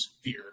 fear